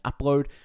upload